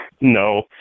no